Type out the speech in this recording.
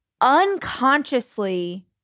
unconsciously